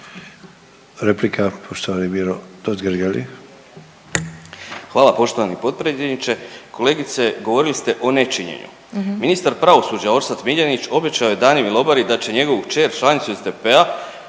Replika, poštovani Miro Totgergeli.